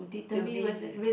to be